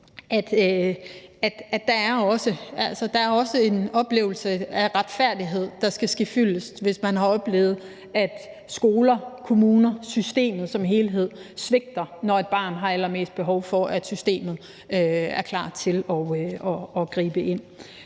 at der også er en oplevelse af retfærdighed, der skal ske fyldest, hvis man har oplevet, at skoler, kommuner, systemet som helhed svigter, når et barn har allermest behov for, at systemet er klar til at gribe ind.